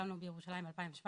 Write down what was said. קמנו בירושלים ב-2017,